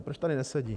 Proč tady nesedí?